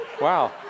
Wow